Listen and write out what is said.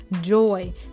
joy